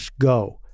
go